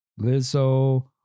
Lizzo